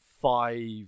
five